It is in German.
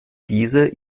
diese